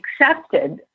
accepted